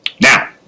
Now